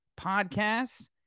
podcasts